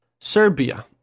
Serbia